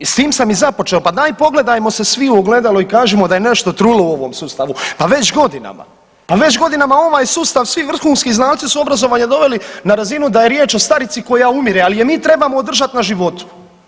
I s tim sam i započeo, pa daj pogledajmo se svi u ogledalo i kažimo da je nešto trulo u ovom sustavu pa već godinama, pa već godinama ovaj sustav su vrhunski znanci su obrazovanje doveli na razinu da je riječ o starici koja umire, ali je mi trebamo održati na životu.